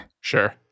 Sure